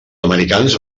americans